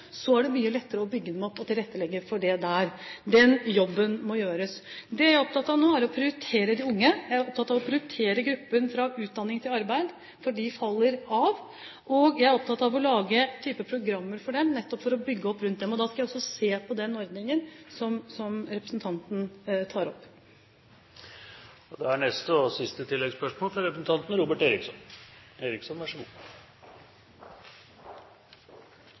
er det mye lettere å bygge dem opp og tilrettelegge for det der. Den jobben må gjøres. Det jeg er opptatt av nå, er å prioritere de unge. Jeg er opptatt av å prioritere gruppen fra utdanning til arbeid, for de faller av, og jeg er opptatt av å lage programmer for dem, nettopp for å bygge opp rundt dem. Da skal jeg også se på den ordningen som representanten tar opp. Robert Eriksson – til oppfølgingsspørsmål. Statsråden sa i svaret til representanten Røe Isaksen at man ønsket at så